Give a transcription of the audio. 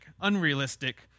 unrealistic